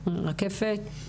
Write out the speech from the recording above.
רקפת?